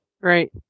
Right